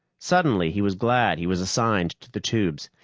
suddenly he was glad he was assigned to the tubes.